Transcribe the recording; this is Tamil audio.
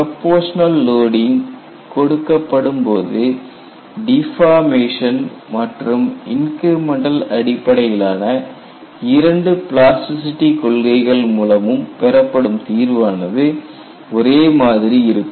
ப்ரொபோஷனல் லோடிங் கொடுக்கப்படும் போது டிபார்மேஷன் மற்றும் இன்கிரிமெண்டல் அடிப்படையிலான 2 பிளாஸ்டிசிட்டி கொள்கைகள் மூலமும் பெறப்படும் தீர்வானது ஒரே மாதிரி இருக்கும்